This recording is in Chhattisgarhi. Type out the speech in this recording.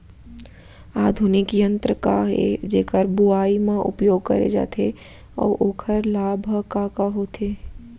आधुनिक यंत्र का ए जेकर बुवाई म उपयोग करे जाथे अऊ ओखर लाभ ह का का होथे?